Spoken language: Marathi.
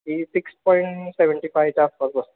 ती सिक्स पॉईंट सेवंटी फायच्या आसपास बसतो